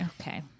Okay